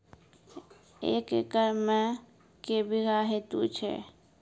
एक एकरऽ मे के बीघा हेतु छै?